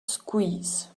squeeze